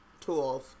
tools